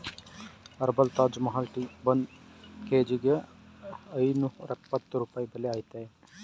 herbal Taj Mahal tea ಒಂದ್ ಕೇಜಿಗೆ ಐನೂರ್ಯಪ್ಪತ್ತು ರೂಪಾಯಿ ಬೆಲೆ ಅಯ್ತೇ